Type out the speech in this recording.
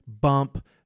bump